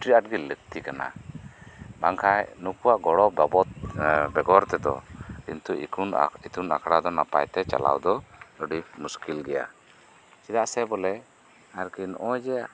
ᱟᱹᱰᱤ ᱟᱴᱜᱤ ᱞᱟᱹᱠᱛᱤ ᱠᱟᱱᱟ ᱵᱟᱝᱠᱷᱟᱡ ᱱᱩᱠᱩᱣᱟᱜ ᱜᱚᱲᱚ ᱵᱟᱵᱚᱛ ᱵᱮᱜᱚᱨ ᱛᱮᱫᱚ ᱠᱤᱱᱛᱩ ᱤᱛᱩᱱ ᱟᱠᱷᱲᱟ ᱫᱚ ᱱᱟᱯᱟᱭᱛᱮ ᱪᱟᱞᱟᱣ ᱫᱚ ᱟᱹᱰᱤ ᱢᱩᱥᱠᱤᱞ ᱜᱮᱭᱟ ᱪᱮᱫᱟᱜ ᱥᱮ ᱵᱚᱞᱮ ᱟᱨᱠᱤ ᱱᱚᱜᱚᱭ ᱡᱮ